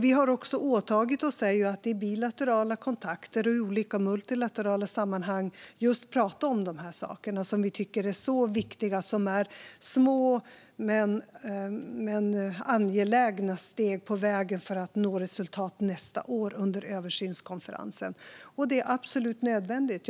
Vi har också åtagit oss att i bilaterala kontakter och olika multilaterala sammanhang prata om dessa saker, som vi tycker är så viktiga. Det är små men angelägna steg på vägen för att nå resultat under översynskonferensen nästa år, och det är absolut nödvändigt.